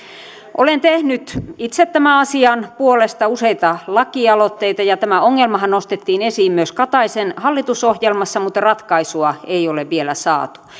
olen tehnyt itse tämän asian puolesta useita lakialoitteita ja tämä ongelmahan nostettiin esiin myös kataisen hallitusohjelmassa mutta ratkaisua ei ole vielä saatu